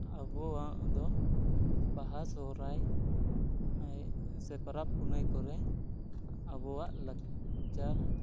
ᱟᱵᱣᱟᱜ ᱫᱚ ᱵᱟᱦᱟ ᱥᱚᱦᱚᱨᱟᱭ ᱥᱮ ᱯᱚᱨᱚᱵᱽ ᱯᱩᱱᱟᱹᱭ ᱠᱚᱨᱮ ᱟᱵᱚᱣᱟᱜ ᱞᱟᱠᱪᱟᱨ